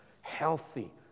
healthy